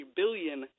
billion